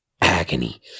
Agony